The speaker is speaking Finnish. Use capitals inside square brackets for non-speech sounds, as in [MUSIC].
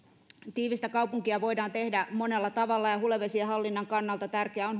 tiivistä kaupunkia voidaan tehdä monella tavalla ja hulevesien hallinnan kannalta tärkeää on [UNINTELLIGIBLE]